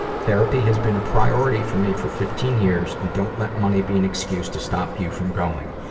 therapy has been a priority for me for fifteen years and don't let money be an excuse to stop you from going.